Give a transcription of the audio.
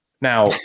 now